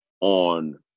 on